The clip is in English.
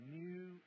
new